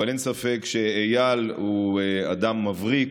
אין ספק שאיל הוא אדם מבריק.